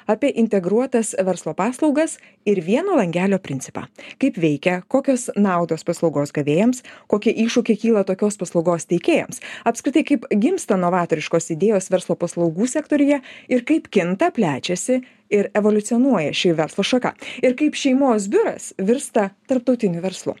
apie integruotas verslo paslaugas ir vieno langelio principą kaip veikia kokios naudos paslaugos gavėjams kokie iššūkiai kyla tokios paslaugos teikėjams apskritai kaip gimsta novatoriškos idėjos verslo paslaugų sektoriuje ir kaip kinta plečiasi ir evoliucionuoja ši verslo šaka ir kaip šeimos biuras virsta tarptautiniu verslu